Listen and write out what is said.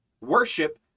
worship